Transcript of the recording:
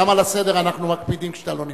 גם על הסדר אנחנו מקפידים כשאתה לא נמצא.